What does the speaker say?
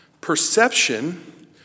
perception